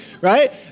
Right